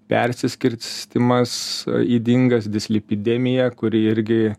persiskirstymas ydingas dislipidemija kuri irgi